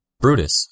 Brutus